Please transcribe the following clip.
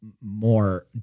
more